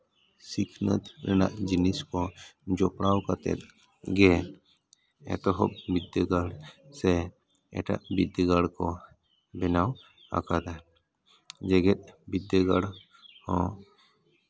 ᱥᱤᱠᱷᱱᱟᱹᱛ ᱨᱮᱱᱟᱜ ᱡᱤᱱᱤᱥ ᱠᱚ ᱡᱚᱯᱲᱟᱣ ᱠᱟᱛᱮᱜ ᱜᱮ ᱮᱛᱚᱦᱚᱵ ᱵᱤᱫᱽᱫᱟᱹᱜᱟᱲ ᱥᱮ ᱮᱴᱟᱜ ᱵᱤᱫᱽᱫᱟᱹᱜᱟᱲ ᱠᱚ ᱵᱮᱱᱟᱣ ᱟᱠᱟᱫᱟ ᱡᱮᱜᱮᱫ ᱵᱤᱫᱽᱫᱟᱹᱜᱟᱲ ᱦᱚᱸ